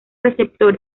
receptor